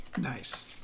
Nice